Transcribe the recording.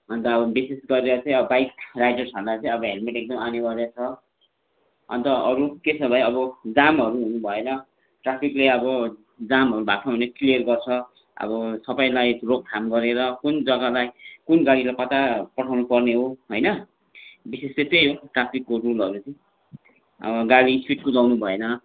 अन्त अब विशेष गरेर चाहिँ बाइक राइडर्सहरूलाई चाहिँ अब हेलमेट एकदम अनिवार्य छ अन्त अरू के छ भाइ अब जामहरू हुनु भएन ट्राफिकले अब जामहरू भएको छ भने क्लियर गर्छ अब सबैलाई रोकथाम गरेर कुन जग्गामा कुन गाडीलाई कता पठाउनु पर्ने हो होइन विशेष त त्यही हो ट्राफिकको रुलहरू चाहिँ अब गाडी स्पिड कुदाउनु भएन